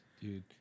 Dude